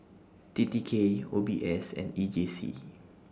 T T K O B S and E J C